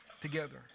together